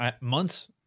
Months